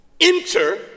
enter